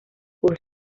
curso